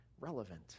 relevant